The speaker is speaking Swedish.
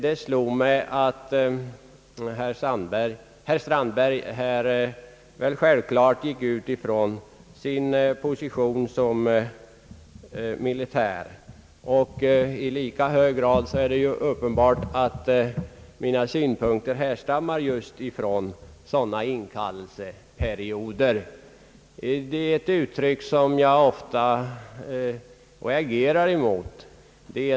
Det slår mig att herr Strandberg självklart gick ut ifrån sin position som militär. Likaså är det ju uppenbart att mina synpunkter härstammar just från inkallelseperioder.